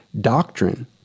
doctrine